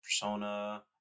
Persona